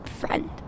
friend